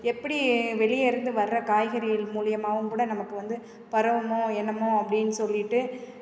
எப்படி வெளியே இருந்து வர்ற காய்கறிகள் மூலிமாவும் கூட நமக்கு வந்து பரவுமோ என்னமோ அப்படின்னு சொல்லிவிட்டு